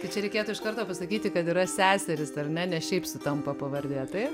kad čia reikėtų iš karto pasakyti kad yra seserys ar ne ne šiaip sutampa pavardė taip